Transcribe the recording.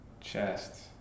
chest